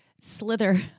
slither